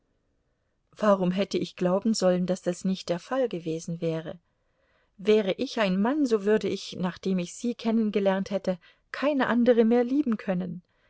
warum hätte ich glauben sollen daß das nicht der fall gewesen wäre wäre ich ein mann so würde ich nachdem ich sie kennengelernt hätte keine andere mehr lieben können